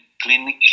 clinic